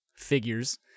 figures